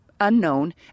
unknown